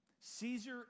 Caesar